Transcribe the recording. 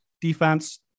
defense